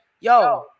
Yo